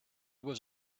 was